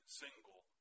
single